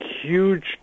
huge